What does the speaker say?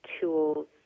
tools